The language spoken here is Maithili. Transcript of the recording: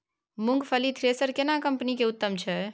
मूंगफली थ्रेसर केना कम्पनी के उत्तम छै?